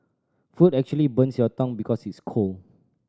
food actually burns your tongue because it's cold